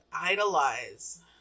idolize